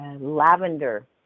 Lavender